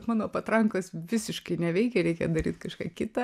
mano patrankos visiškai neveikia reikia daryt kažką kitą